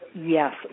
Yes